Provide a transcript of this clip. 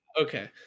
Okay